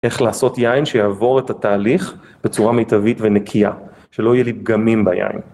איך לעשות יין שיעבור את התהליך בצורה מיטבית ונקייה, שלא יהיו לי פגמים ביין.